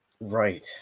Right